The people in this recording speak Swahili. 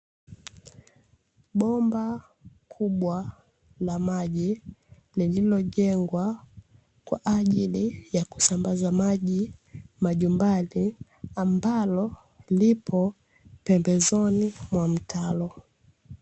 Bomba kubwa la maji lililojengwa kwa ajili ya kusambaza maji majumbani, ambalo lipo pembezoni mwa mtaro.